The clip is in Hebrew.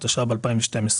התשע"ב-2012.